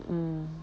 mm